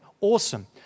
awesome